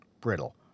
brittle